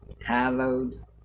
hallowed